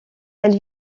elle